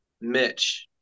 Mitch